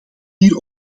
hier